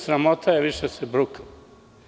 Sramota je više da se brukamo.